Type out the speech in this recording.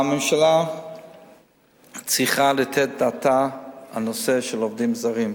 הממשלה צריכה לתת את דעתה על הנושא של עובדים זרים.